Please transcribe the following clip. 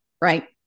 right